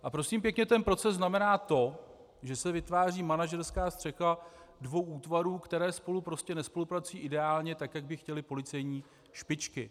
A prosím pěkně, ten proces znamená to, že se vytváří manažerská střecha dvou útvarů, které spolu prostě nespolupracují ideálně tak, jak by chtěly policejní špičky.